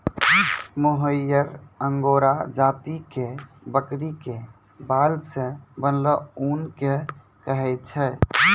मोहायिर Angora जाति के बकरी के बाल सॅ बनलो ऊन कॅ कहै छै